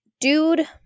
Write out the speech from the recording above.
dude